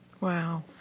Wow